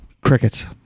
Crickets